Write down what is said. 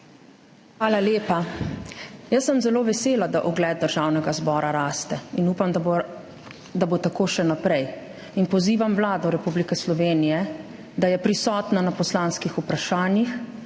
Hvala lepa. Zelo sem vesela, da ugled Državnega zbora raste, in upam, da bo tako še naprej. Pozivam Vlado Republike Slovenije, da je prisotna na poslanskih vprašanjih.